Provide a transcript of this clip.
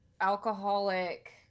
alcoholic